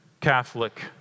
Catholic